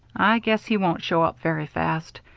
i guess he won't show up very fast.